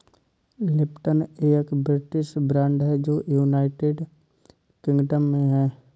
Lipton एक British brand है जो यूनाइटेड किंगडम में है